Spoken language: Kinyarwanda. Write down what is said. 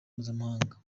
mpuzamahanga